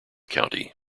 county